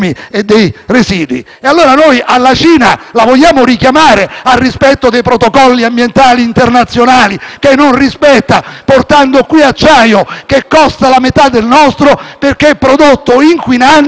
che non rispetta, portando qui acciaio che costa la metà del nostro perché prodotto inquinando e sfruttando senza nessun diritto il lavoro dei cinesi? *(Applausi dal Gruppo FI-BP)*. Mi avvio a concludere, Presidente,